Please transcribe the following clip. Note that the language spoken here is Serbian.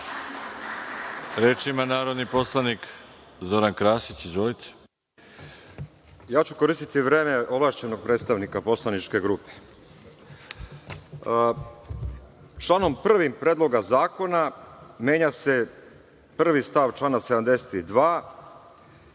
ima narodni poslanik Zoran Krasić. **Zoran Krasić** Ja ću koristiti vreme ovlašćenog predstavnika poslaničke grupe. Članom 1. Predloga zakona menja se stav 1. člana 72.